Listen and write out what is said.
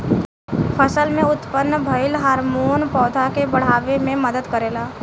फसल में उत्पन्न भइल हार्मोन पौधा के बाढ़ावे में मदद करेला